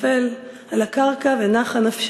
נפחת הגג מתחתיו והוא נופל על הקרקע ונחה נפשו.